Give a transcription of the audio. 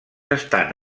estan